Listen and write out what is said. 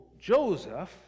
Joseph